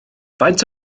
faint